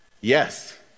Yes